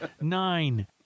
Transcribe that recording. nine